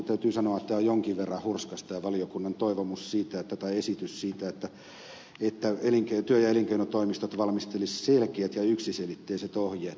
täytyy sanoa että jonkin verran hurskas on tämä valiokunnan esitys siitä että työ ja elinkeinotoimistot valmistelisivat selkeät ja yksiselitteiset ohjeet tästä tulkinnasta